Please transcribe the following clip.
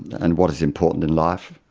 and what is important in life.